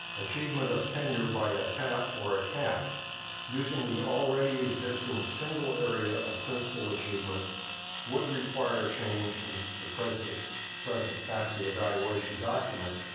achievement of tenure by a tap or a cap using the already existing single area of principle achievement would require a change in the present present faculty evaluation document,